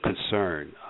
concern